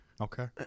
Okay